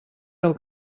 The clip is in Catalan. del